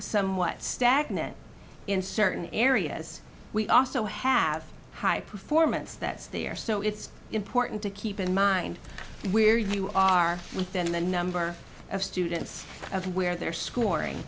somewhat stagnant in certain areas we also have high performance that's there so it's important to keep in mind where you are within the number of students of where they're scoring